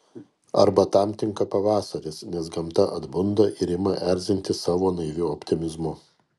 arba tam tinka pavasaris nes gamta atbunda ir ima erzinti savo naiviu optimizmu